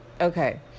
okay